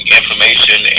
information